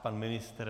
Pan ministr?